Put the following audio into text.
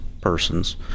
persons